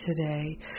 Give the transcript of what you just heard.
today